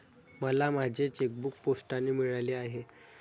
मला माझे चेकबूक पोस्टाने मिळाले आहे